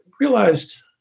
realized